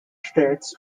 states